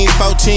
14